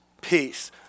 Peace